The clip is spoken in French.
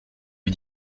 lui